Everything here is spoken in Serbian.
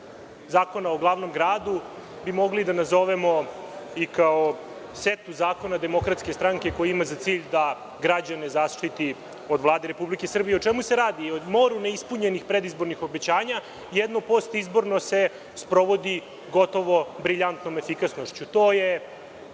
zakona o glavnom gradu bi mogli da nazovemo i kao setu zakona DS koji ima za cilj da građane zaštiti od Vlade Republike Srbije. O čemu se radi? O moru neispunjenih predizbornih obećanja, jedno postizborno se sprovodi gotovo briljantnom efikasnošću. To je